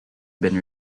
been